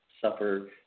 Suffer